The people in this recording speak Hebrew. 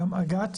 גם אג"ת,